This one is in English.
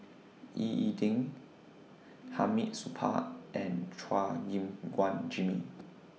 Ying E Ding Hamid Supaat and Chua Gim Guan Jimmy